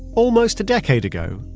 almost a decade ago,